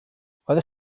oeddech